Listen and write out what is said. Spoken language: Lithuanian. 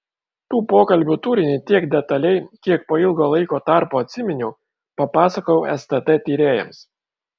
tų pokalbių turinį tiek detaliai kiek po ilgo laiko tarpo atsiminiau papasakojau stt tyrėjams